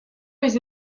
més